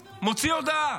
הוא מוציא הודעה.